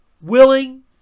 willing